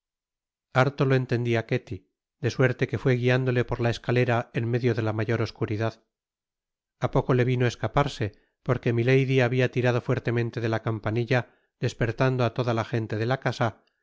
harto lo entendia ketty de suerte que fué guiándole por la escalera en medio de la mayor oscuridad a poco le vino escaparse porque milady habia tirado fuertemente de la campanilla despertando á toda la gente de la casa